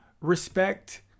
respect